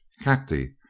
cacti